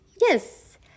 yes